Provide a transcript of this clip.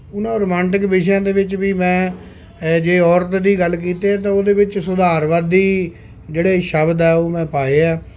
ਉਹਨਾਂ ਰੋਮਾਂਟਿਕ ਵਿਸ਼ਿਆਂ ਦੇ ਵਿੱਚ ਵੀ ਮੈਂ ਜੇ ਔਰਤ ਦੀ ਗੱਲ ਕੀਤੀ ਆ ਤਾਂ ਉਹਦੇ ਵਿੱਚ ਸੁਧਾਰਵਾਦੀ ਜਿਹੜੇ ਸ਼ਬਦ ਹੈ ਉਹ ਮੈਂ ਪਾਏ ਹੈ